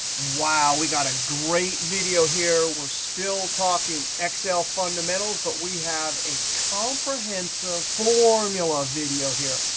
wow, we got a great video here. we're still talking excel fundamentals. but we have a comprehensive formula video here.